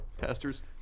pastors